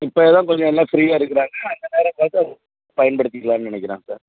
இப்போ எதோ கொஞ்சம் எல்லாம் ஃப்ரீயா இருக்குகிறாங்க அந்த நேரம் பார்த்து பயன்படுத்திக்கலான்னு நினக்கிறேன் சார்